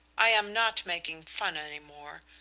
i am not making fun any more.